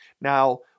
Now